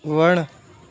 वण